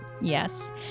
yes